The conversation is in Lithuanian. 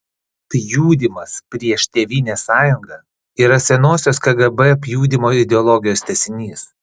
pjudymas prieš tėvynės sąjungą yra senosios kgb pjudymo ideologijos tęsinys